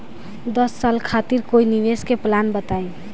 दस साल खातिर कोई निवेश के प्लान बताई?